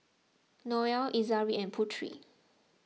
Noah Izara and Putri